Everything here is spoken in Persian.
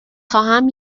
خواهم